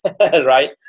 right